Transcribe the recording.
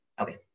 Okay